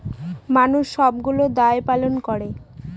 মানুষ সবগুলো দায় পালন করে